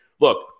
Look